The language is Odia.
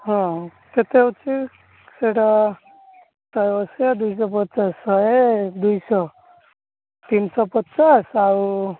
ହଁ କେତେ ଅଛି ସେଇଟା ଶହେ ଅଶୀ ଦୁଇଶହ ପଚାଶ ଶହେ ଦୁଇଶହ ତିନିଶହ ପଚାଶ ଆଉ